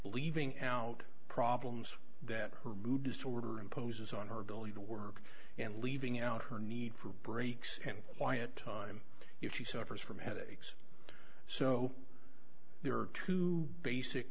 leaving out problems that her mood disorder imposes on her ability to work and leaving out her need for breaks and quiet time if she suffers from headaches so there are two basic